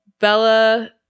Bella